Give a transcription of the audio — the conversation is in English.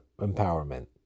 empowerment